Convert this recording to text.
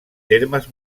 termes